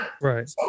Right